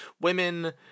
women